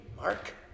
Mark